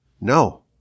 No